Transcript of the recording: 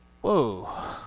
Whoa